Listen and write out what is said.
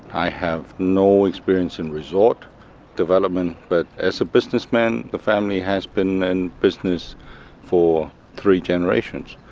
i have no experience in resort development, but as a businessman the family has been in business for three generations,